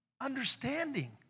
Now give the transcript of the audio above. Understanding